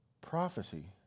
prophecy